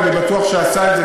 ואני בטוח שהוא עשה את זה,